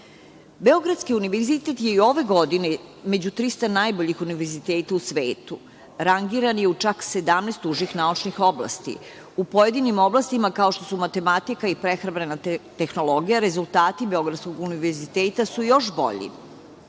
univerzitet je i ove godine među 300 najboljih univerziteta u svetu. Rangiran je u čak 17 užih naučnih oblasti. U pojedinim oblastima, kao što su matematika i prehrambena tehnologija, rezultati Beogradskog univerziteta su još bolji. Ove